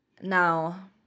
Now